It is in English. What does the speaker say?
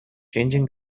changing